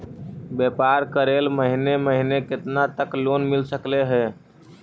व्यापार करेल महिने महिने केतना तक लोन मिल सकले हे?